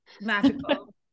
magical